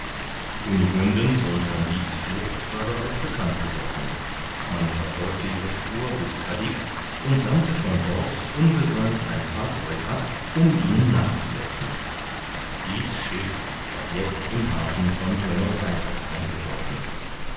kunigundens und kandid's flucht war bereits bekannt geworden man verfolgte ihre spur bis cadix und sandte von dort ungesäumt ein fahrzeug ab um ihnen nachzusetzen dies schiff war jetzt im hafen von buenos ayres eingelaufen